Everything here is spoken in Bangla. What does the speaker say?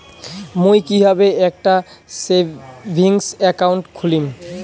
মুই কিভাবে একটা সেভিংস অ্যাকাউন্ট খুলিম?